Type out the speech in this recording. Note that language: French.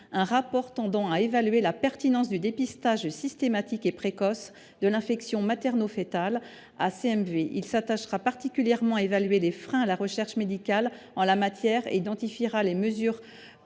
un rapport tendant à évaluer la pertinence du dépistage systématique et précoce de l’infection maternofœtale à CMV. Ce travail s’attachera particulièrement à évaluer les freins à la recherche médicale en la matière. Il identifiera les mesures